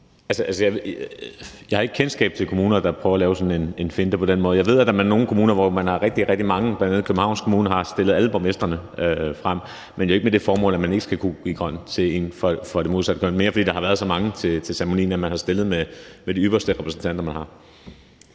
på den måde prøver at lave sådan en finte. Jeg ved, at der er nogle kommuner, som har rigtig, rigtig mange nye danske statsborgere, bl.a. Københavns Kommune, som har stillet op med alle borgmestrene, men jo ikke med det formål, at man skal kunne undgå at give hånd til en fra det modsatte køn. Det er mere, fordi der har været så mange til ceremonien, at man har stillet med de ypperste repræsentanter, man har.